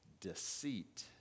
deceit